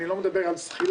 אני לא מדבר על זחילה,